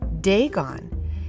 Dagon